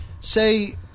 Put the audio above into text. say